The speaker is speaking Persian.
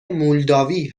مولداوی